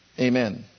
Amen